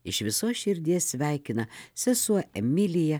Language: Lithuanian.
iš visos širdies sveikina sesuo emilija